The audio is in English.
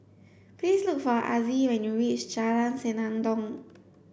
please look for Azzie when you reach Jalan Senandong